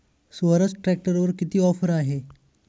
स्वराज ट्रॅक्टरवर किती ऑफर आहे?